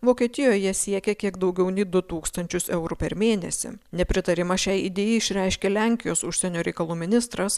vokietijoje siekia kiek daugiau nei du tūkstančius eurų per mėnesį nepritarimą šiai idėjai išreiškė lenkijos užsienio reikalų ministras